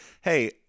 Hey